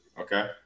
Okay